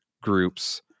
groups